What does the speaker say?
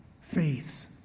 faiths